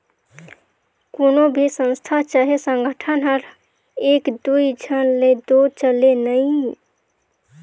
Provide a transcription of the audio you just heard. कोनो भी संस्था चहे संगठन हर एक दुई झन ले दो चले नई